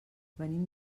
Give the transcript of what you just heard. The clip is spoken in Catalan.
venim